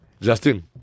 Justin